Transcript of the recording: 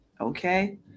okay